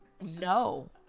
No